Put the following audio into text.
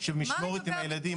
מה לגבי הביטוח?